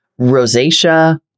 rosacea